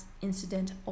incident